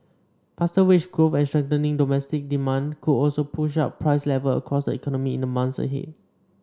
faster wage growth and strengthening domestic demand could also push up price level across the economy in the months ahead